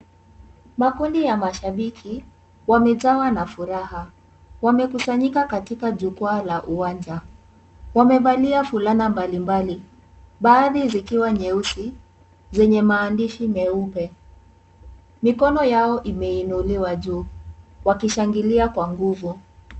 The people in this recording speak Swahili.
Makundi ya mashabiki wamejawa na furaha. Wamekusanyika katika jukwaa la uwanja. Wamevalia fulana mbalimbali baadhi zikiwa nyeusi zenye maandishi meupe. Mikono yao imeinuliwa juu wakishangilia kwa nguvu.